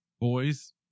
boys